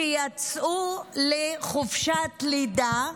שיצאו לחופשת לידה,